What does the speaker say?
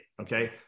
Okay